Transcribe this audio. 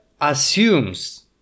assumes